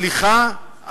סליחה,